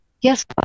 yes